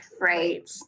right